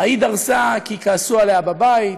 ההיא דרסה כי כעסו עליה בבית,